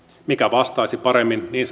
mikä vastaisi paremmin niin